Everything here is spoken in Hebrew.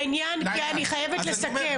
לעניין כי אני חייבת לסכם.